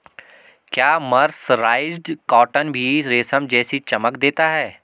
क्या mercerised cotton भी रेशम जैसी चमक देता है?